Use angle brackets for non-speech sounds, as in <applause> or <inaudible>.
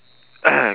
<coughs>